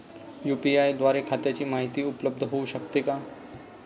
UPI द्वारे खात्याची माहिती उपलब्ध होऊ शकते का?